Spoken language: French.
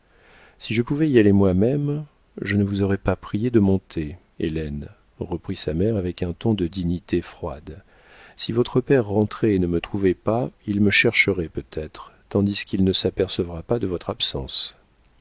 si je pouvais y aller moi-même je ne vous aurais pas prié de monter hélène reprit sa mère avec un ton de dignité froide si votre père rentrait et ne me trouvait pas il me chercherait peut-être tandis qu'il ne s'apercevra pas de votre absence